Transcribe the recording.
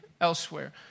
elsewhere